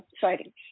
sightings